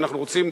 כי אנחנו רוצים,